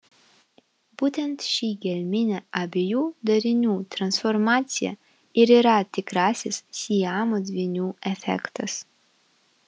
būtent ši gelminė abiejų darinių transformacija ir yra tikrasis siamo dvynių efektas